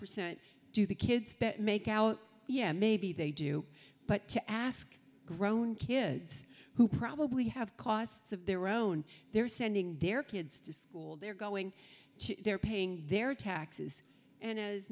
percent do the kids bet make out yeah maybe they do but to ask grown kids who probably have costs of their own they're sending their kids to school they're going to they're paying their taxes and as